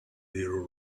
little